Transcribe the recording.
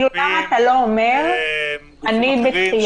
כאילו למה אתה לא אומר: אני בדחייה?